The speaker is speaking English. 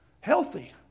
Healthy